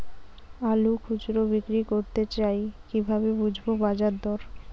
আলু খুচরো বিক্রি করতে চাই কিভাবে বুঝবো বাজার দর?